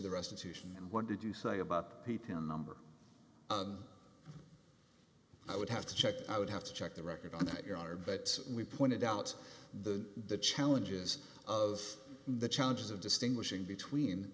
the restitution and what did you say about the pin number i would have to check i would have to check the record on that your honor but we pointed out the the challenges of the challenges of distinguishing between